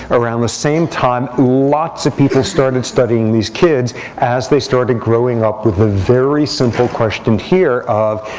around the same time lots of people started studying these kids as they started growing up with a very simple question here of,